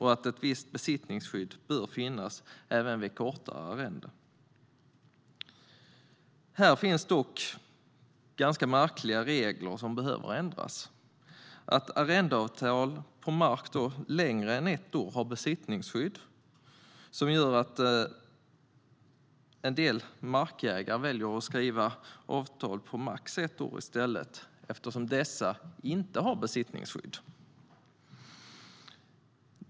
Ett visst besittningsskydd bör finnas även vid korta arrenden. Här finns dock ganska märkliga regler som behöver ändras. Att arrendeavtal längre än ett år har besittningsskydd gör att en del markägare väljer att skriva avtal på max ett år i taget eftersom dessa inte har besittningsskydd.